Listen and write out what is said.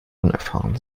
unerfahren